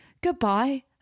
goodbye